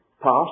past